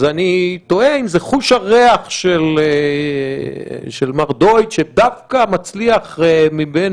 אז אני תוהה אם זה חוש הריח של מר דויטש שדווקא מצליח מבין